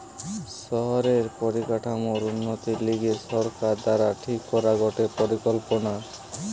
শহরের পরিকাঠামোর উন্নতির লিগে সরকার দ্বারা ঠিক করা গটে পরিকল্পনা